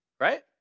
right